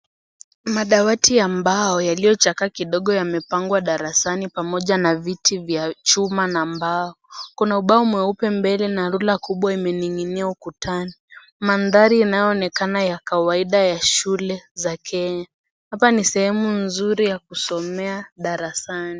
Madawati ya mbao yaliyochakaa kidogo yamepangwa darasani pamoja na viti vya chuma na mbao. Kuna ubao mweupe mbele na rula kubwa imening'inia ukutani. Mandhari inaonekana ya kawaida ya shule za Kenya. Hapa ni sehemu nzuri ya kusomea darasani.